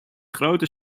grote